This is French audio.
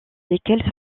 lesquelles